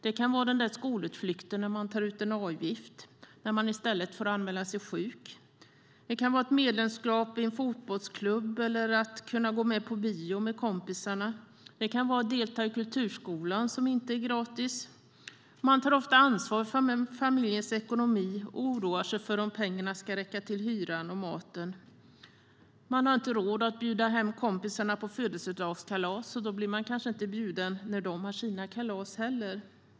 Det kan vara den där skolutflykten där skolan tar ut en avgift och man i stället får anmäla sig sjuk. Det kan vara ett medlemskap i en fotbollsklubb eller att kunna gå på bio med kompisarna. Det kan vara att delta i kulturskolan som inte är gratis. Barn tar ofta ansvar för familjens ekonomi och oroar sig för om pengarna ska räcka till hyra och mat. Har man inte råd att bjuda hem kompisarna på födelsedagskalas blir man kanske inte bjuden när de har sina kalas.